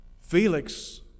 Felix